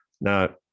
Now